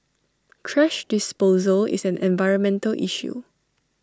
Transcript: thrash disposal is an environmental issue